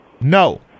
no